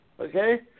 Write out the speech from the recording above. Okay